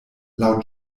laŭ